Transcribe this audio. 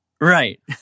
Right